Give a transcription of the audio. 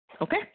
Okay